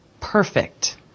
perfect